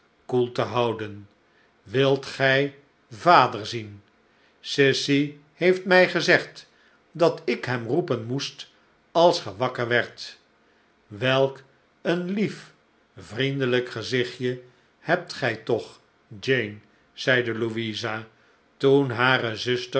koel tehouden wilt gij vader zien sissy heeft mij gezegd dat ik hem roepen moest als ge wakker werdt welk een lief vriendelijk gezichtje hebt gij toch jane zeide louisa toen hare zuster